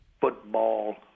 football